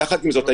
יחד עם זאת,